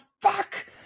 fuck